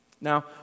Now